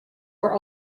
were